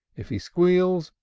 if he squeals,